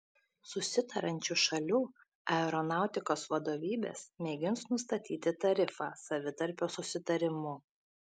susitariančių šalių aeronautikos vadovybės mėgins nustatyti tarifą savitarpio susitarimu